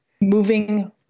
moving